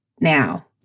now